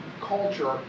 culture